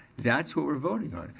that's what we're voting on.